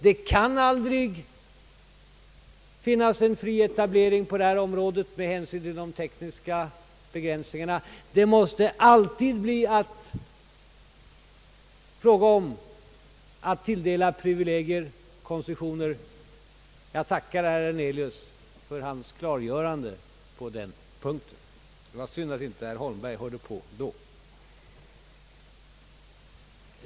Det kan aldrig finnas en fri etablering på detta område med hänsyn till de tekniska begränsningarna, utan det måste alltid bli fråga om att tilldela privilegier, koncessioner. Jag tackar herr Hernelius för hans klargörande på den punkten; det var synd att herr Holmberg inte hörde på då.